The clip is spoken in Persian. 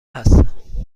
هستند